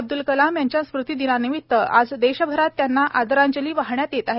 अब्द्रल कलाम यांच्या स्मृती दिनानिमित्त आज देशभरात त्यांना आदरांजली वाहण्यात येत आहे